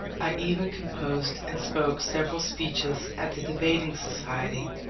i even composed and spoke several speeches at the debating society,